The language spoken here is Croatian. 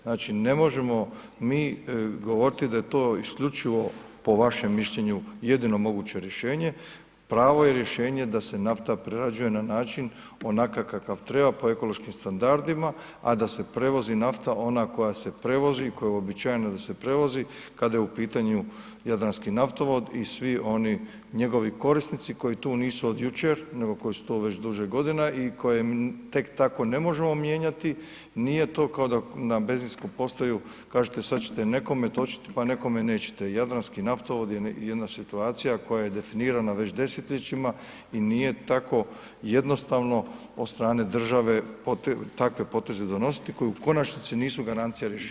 Znači, ne možemo mi govoriti da je to isključivo po vašem mišljenju jedino moguće rješenje, pravo je rješenje da se nafta prerađuje na način onakav kakav treba, po ekološkim standardima, a da se prevozi nafta ona koja se prevozi, koja je uobičajena da se prevozi, kada je u pitanju Jadranski naftovod i svi oni njegovi korisnici koji tu nisu od jučer, nego koji su tu već duže godina i koje tek tako ne možemo mijenjati, nije to kao da na benzinsku postaju kažete sad ćete nekome točit, pa nekome nećete, Jadranski naftovod je jedna situacija koja je definirana već desetljećima i nije tako jednostavno od strane države takve poteze donositi koji u konačnici nisu garancija rješenja.